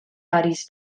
paris